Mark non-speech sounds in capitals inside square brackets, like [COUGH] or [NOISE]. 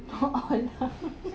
hold on [NOISE]